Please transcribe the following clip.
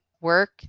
work